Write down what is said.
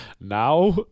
Now